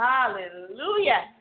Hallelujah